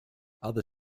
other